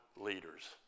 leaders